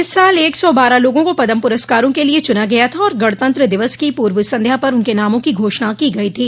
इस साल एक सौ बारह लोगों को पद्म पुरस्कारों के लिए चुना गया था और गणतंत्र दिवस की पूर्व संध्या पर उनके नामों की घोषणा की गयी थी